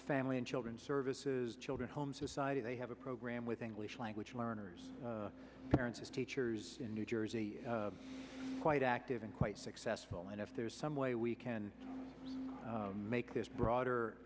family and children services children homes society they have a program with english language learners parents teachers in new jersey quite active and quite successful and if there's some way we can make this broader